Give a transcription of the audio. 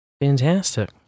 Fantastic